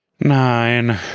Nine